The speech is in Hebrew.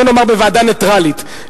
בוא נאמר בוועדה נייטרלית,